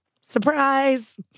Surprise